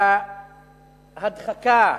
להדחקה,